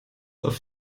auf